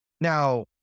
Now